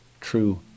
True